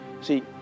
See